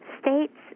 states